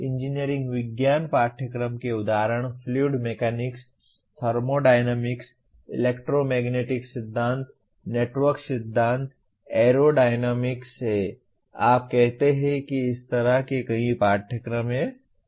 engineering विज्ञान पाठ्यक्रम के उदाहरण fluid mechanics thermodynamics Thermodynamc electromagnetic सिद्धांत नेटवर्क सिद्धांत एयरोडायनामिक्स हैं आप कहते हैं कि इस तरह के कई पाठ्यक्रम हैं